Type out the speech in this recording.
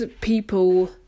people